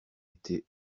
été